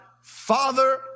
Father